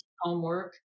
homework